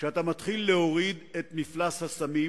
כשאתה מתחיל להוריד את מפלס הסמים,